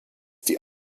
die